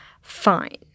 Fine